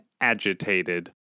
agitated